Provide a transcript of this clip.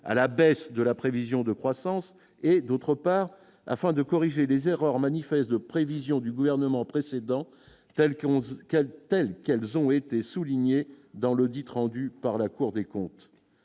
à la baisse de la prévision de croissance. Et d'autre part, afin de corriger les erreurs manifestes de prévisions du gouvernement précédent, tels que 11 quel telles qu'elles ont été soulignés dans le dites rendu par la Cour des comptes,